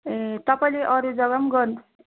ए तपाईँले अरू जग्मगा पनि गर्नु